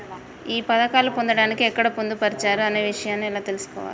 ఈ పథకాలు పొందడానికి ఎక్కడ పొందుపరిచారు అనే విషయాన్ని ఎలా తెలుసుకోవాలి?